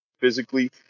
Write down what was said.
physically